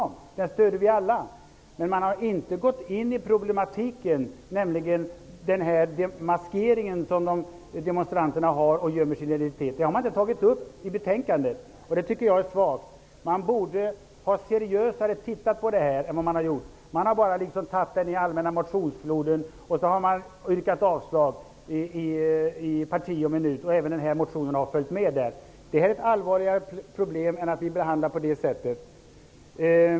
Det här stöder vi alla. Man har inte gått in på problemen, nämligen den maskering som demonstranterna använder för att gömma sin identitet. Det har man inte tagit upp i betänkandet. Det tycker jag är svagt. Man borde ha sett på frågan mera seriöst. Man har bara yrkat avslag på motioner i den allmänna motionsfloden i parti och minut. Även den här motionen har följt med. Det här är ett problem som är för allvarligt för att behandlas på det sättet.